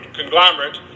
conglomerate